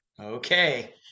Okay